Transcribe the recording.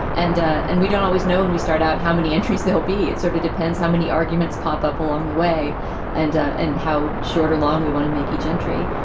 and ah and we don't always know when we start out how many entries there'll be. it sort of depends how many arguments pop up along the way and ah and how short or long we want to make each entry.